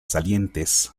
salientes